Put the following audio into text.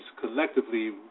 collectively